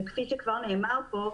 וכפי שכבר נאמר פה,